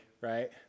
right